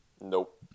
Nope